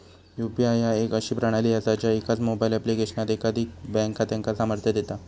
UPI ह्या एक अशी प्रणाली असा ज्या एकाच मोबाईल ऍप्लिकेशनात एकाधिक बँक खात्यांका सामर्थ्य देता